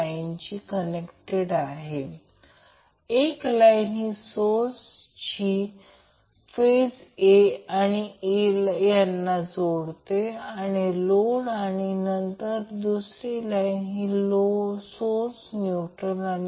म्हणून मी त्याचप्रमाणे सांगितले की Vab Vbc आणि Vca त्यांच्या फेजमधील फरक 120 o असेल परंतु म्हणूनच हा Vab आहे हा Vbc आहे हा Vca आहे